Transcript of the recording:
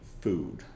food